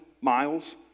miles